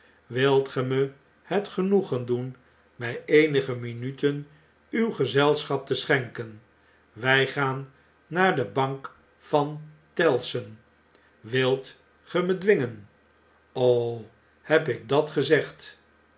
wilt ge me het genoegen doen mjj eenige minuten uw gezelschap te schenken wij gaan naar de bank van tellson wilt ge me dwingen heb ik dat gezegd